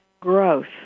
growth